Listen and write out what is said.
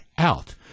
out